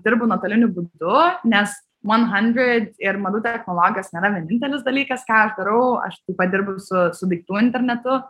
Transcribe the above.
dirbu nuotoliniu būdu nes vuon handrid ir madų technologijos nėra vienintelis dalykas ką darau aš taip pat dirbu ir su su daiktų internetu